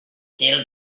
still